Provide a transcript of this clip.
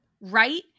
Right